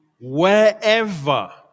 Wherever